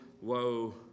woe